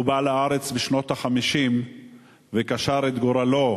הוא בא לארץ בשנות ה-50 וקשר את גורלו,